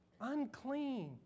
unclean